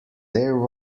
there